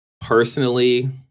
personally